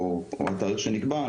או התאריך שנקבע,